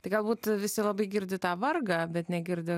tai galbūt visi labai girdi tą vargą bet negirdi